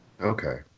okay